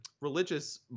religious